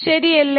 ശരിയല്ലേ